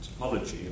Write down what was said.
topology